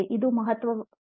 ಇದು ಮಹತ್ವದ್ದಾಗಿದೆ